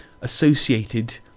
associated